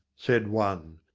said one.